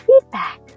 feedback